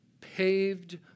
paved